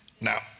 Now